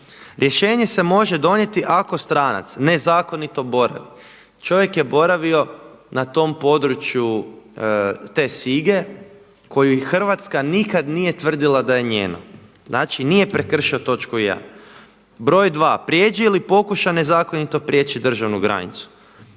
„rješenje se može donijeti ako stranac nezakonito boravi“, čovjek je boravio na tom području Sige koju Hrvatska nikad nije tvrdila da je njeno. Znači nije prekršio točku 1. Broj 2. „prijeđe li i pokuša nezakonito prijeći državnu granicu“,